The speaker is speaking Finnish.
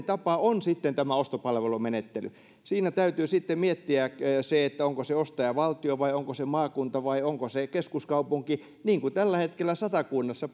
tapa on sitten tämä ostopalvelumenettely siinä täytyy sitten miettiä onko se ostaja valtio vai onko se maakunta vai onko se keskuskaupunki niin kuin tällä hetkellä satakunnassa